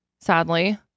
sadly